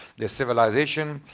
their civilization,